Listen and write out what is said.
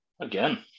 again